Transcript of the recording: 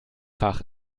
fach